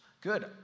good